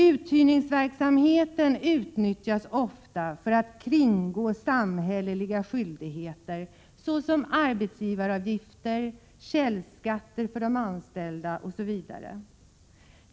Uthyrningsverksamheten utnyttjas ofta för att kringgå samhälleliga skyldigheter såsom arbetsgivaravgifter, källskatter för de anställda m.m.